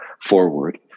forward